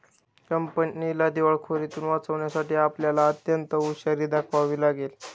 कंपनीला दिवाळखोरीतुन वाचवण्यासाठी आपल्याला अत्यंत हुशारी दाखवावी लागेल